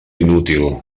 inútil